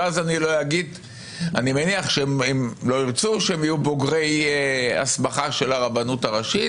אני מניח שהם לא ירצו שהם יהיו בוגרי הסמכה של הרבנות הראשית,